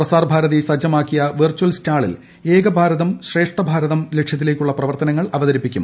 പ്രസാർഭാരതി സജ്ജമാക്കിയ വെർച്ചൽ സ്റ്റാളിൽ ഏകഭാരതം ശ്രേഷ്ഠഭാരതം ലക്ഷ്യത്തിലേക്കുള്ള പ്രവർത്തനങ്ങൾ അവതരിപ്പിക്കും